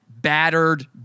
battered